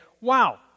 wow